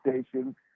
station